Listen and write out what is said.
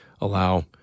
allow